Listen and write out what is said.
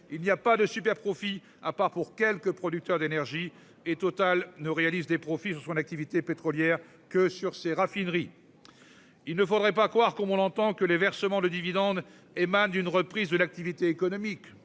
Il n'y a pas de super-profits, à part pour quelques producteurs d'énergie et Total ne réalisent des profits sur son activité pétrolière que sur ses raffineries. Il ne faudrait pas croire, comme on l'entend que les versements de dividendes émane d'une reprise de l'activité économique.